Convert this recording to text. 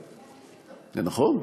זה נכון?